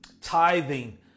Tithing